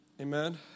Amen